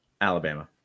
Alabama